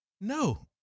No